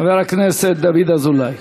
חבר הכנסת דוד אזולאי.